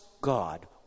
God